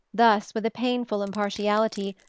thus, with a painful impartiality,